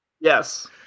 Yes